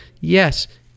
Yes